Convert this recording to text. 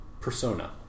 persona